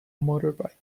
motorbike